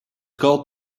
called